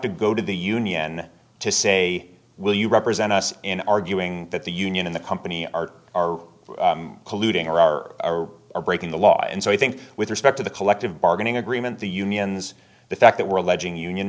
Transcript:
to go to the union to say will you represent us in arguing that the union in the company are our colluding or are or are breaking the law and so i think with respect to the collective bargaining agreement the unions the fact that we're alleging union